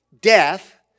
death